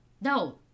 No